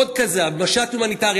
עוד כזב, משט הומניטרי.